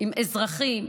עם אזרחים,